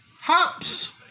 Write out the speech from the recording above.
Hops